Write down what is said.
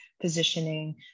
positioning